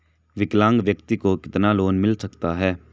विकलांग व्यक्ति को कितना लोंन मिल सकता है?